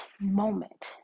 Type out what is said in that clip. moment